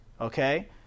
Okay